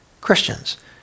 Christians